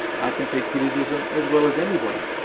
i can take criticism as well as anybody,